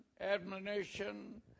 admonition